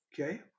Okay